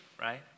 right